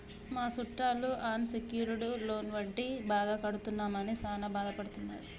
మా సుట్టాలు unsecured loan వడ్డీ బాగా కడుతున్నామని సాన బాదపడుతున్నారు